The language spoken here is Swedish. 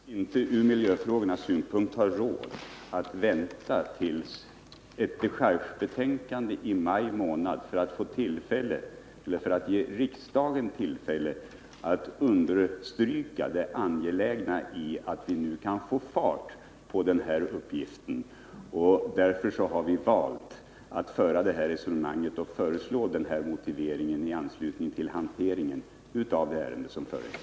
Herr talman! Med hänsyn till miljöfrågorna anser vi oss inte ha råd att vänta till ett dechargebetänkande i maj månad med att ge riksdagen tillfälle att understryka det angelägna i att vi nu får fart på den här verksamheten. Därför har vi valt att föra det här resonemanget nu och föreslå den här motiveringen i anslutning till behandlingen av det ärende som nu föreligger.